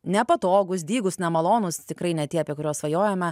nepatogūs dygūs nemalonūs tikrai ne tie apie kuriuos svajojome